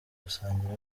gusangira